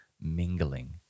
mingling